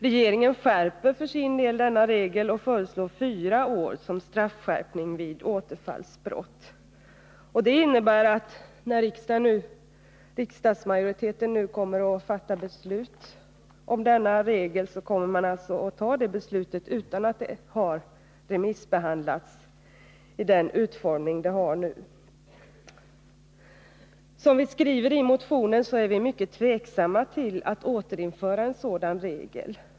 Regeringen skärper för sin del denna regel och föreslår fyra år som straffskärpning vid återfallsbrott. Det innebär att när riksdagsmajoriteten nu kommer att fatta beslut om denna regel, så kommer man alltså att ta det beslutet utan att förslaget har remissbehandlats i den utformning det har nu. Som vi skriver i motionen, är vi mycket tveksamma till att återinföra en sådan regel.